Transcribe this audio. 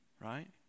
right